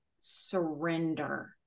surrender